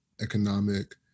economic